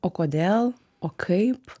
o kodėl o kaip